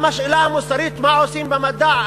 גם השאלה המוסרית מה עושים במדע,